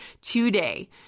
today